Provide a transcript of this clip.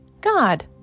God